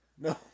No